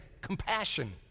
compassion